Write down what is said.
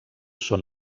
són